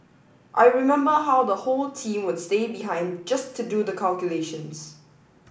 I remember how the whole team would stay behind just to do the calculations